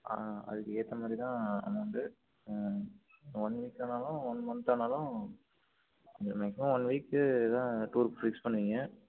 ஆ அதுக்கு ஏற்ற மாதிரிதான் அமௌண்ட்டு ஒன் வீக்கானாலும் ஒன் மந்த்தானாலும் மேக்ஸிமம் ஒன் வீக் தான் டூர் ஃபிக்ஸ் பண்ணுவீங்க